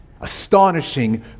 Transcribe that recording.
astonishing